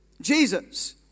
Jesus